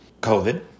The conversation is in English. COVID